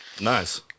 Nice